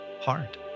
hard